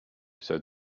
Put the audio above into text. said